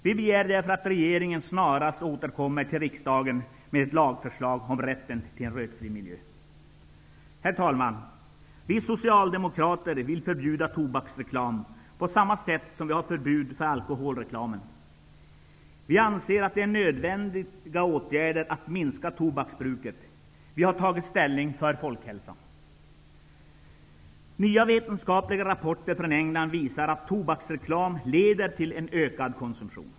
Vi begär därför att regeringen snarast återkommer till riksdagen med ett lagförslag om rätten till en rökfri miljö. Herr talman! Vi Socialdemokrater vill förbjuda tobaksreklam på samma sätt som vi har förbud mot alkoholreklam. Vi anser att det är en nödvändig åtgärd för att minska tobaksbruket. Vi har tagit ställning för folkhälsan. Nya vetenskapliga rapporter från England visar att tobaksreklam leder till en ökad konsumtion.